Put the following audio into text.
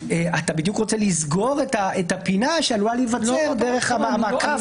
אתה בדיוק רוצה לסגור את הפינה שעלולה להיווצר דרך -- נכון,